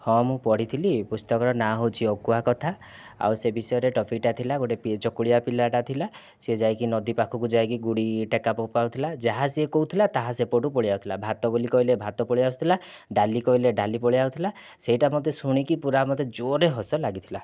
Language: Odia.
ହଁ ମୁଁ ପଢ଼ିଥିଲି ପୁସ୍ତକର ନାଁ ହଉଛି ଅକୁହା କଥା ଆଉ ସେ ବିଷୟରେ ଟପିକ୍ଟା ଥିଲା ଗୋଟେ ଚକୁଳିଆ ପିଲାଟା ଥିଲା ସେ ଯାଇକି ନଦୀ ପାଖକୁ ଯାଇକି ଗୁଡ଼ି ଟେକା ଫୋପାଡୁଥିଲା ଯାହା ସିଏ କହୁଥିଲା ତାହା ସେପଟୁ ପଳାଇ ଆସୁଥିଲା ଭାତ ବୋଲି କହିଲେ ଭାତ ପଳାଇ ଆସୁଥିଲା ଡାଲି କହିଲେ ଡାଲି ପଳାଇ ଆସୁଥିଲା ସେଇଟା ମତେ ଶୁଣିକି ପୂରା ମତେ ଜୋରରେ ହସ ଲାଗିଥିଲା